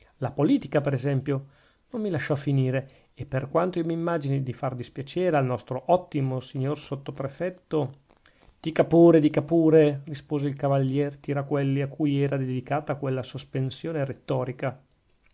la politica per esempio non mi lasciò finire e per quanto io m'immagini di far dispiacere al nostro ottimo signor sottoprefetto dica pure dica pure rispose il cavalier tiraquelli a cui era dedicata quella sospensione rettorica